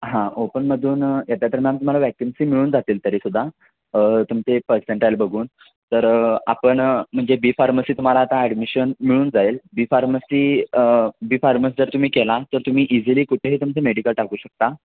हां ओपनमधून येत्यात मॅम तुम्हाला वॅकन्सी मिळून जातील तरीसुद्धा तुमचे पर्सेंटाईल बघून तर आपण म्हणजे बी फार्मसी तुम्हाला आता ॲडमिशन मिळून जाईल बी फार्मसी बी फार्मसी जर तुम्ही केला तर तुम्ही इझिली कुठेही तुमचे मेडिकल टाकू शकता